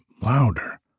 louder